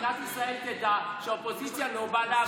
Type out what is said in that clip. מדינת ישראל תדע שהאופוזיציה לא באה לעבוד.